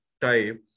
type